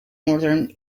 northern